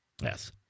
Yes